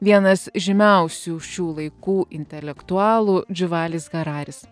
vienas žymiausių šių laikų intelektualų džiuvalis hararis